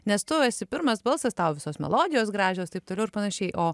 nes tu esi pirmas balsas tau visos melodijos gražios taip toliau ir panašiai o